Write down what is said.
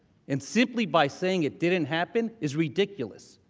and simply by saying it didn't happen is ridiculous.